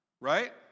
right